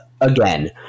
again